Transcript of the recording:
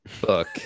book